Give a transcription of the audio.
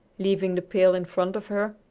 leaving the pail in front of her,